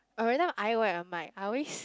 or everytime I wear a mic I always